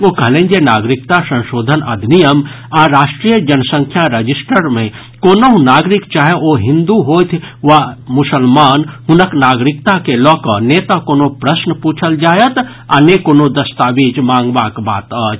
ओ कहलनि जे नागरिकता संशोधन अधिनियम आ राष्ट्रीय जनसंख्या रजिस्टर मे कोनहुं नागरिक चाहे ओ हिन्दु होथि अथवा मुसलमान हुनक नागरिकता के लऽकऽ ने तऽ कोनो प्रश्न पूछल जायत आ ने कोनो दस्तावेज मांगबाक बात अछि